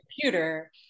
computer